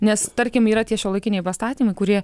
nes tarkim yra tie šiuolaikiniai pastatymai kurie